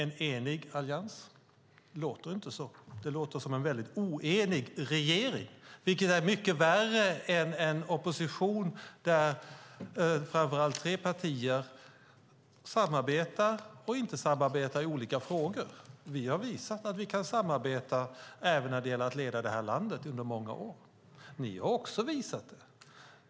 En enig allians - det låter inte så. Det låter som en väldigt oenig regering, vilket är mycket värre än en opposition där framför allt tre partier samarbetar eller inte samarbetar i olika frågor. Vi har visat att vi kan samarbeta även när det gäller att leda det här landet under många år. Ni har också visat det.